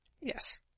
Yes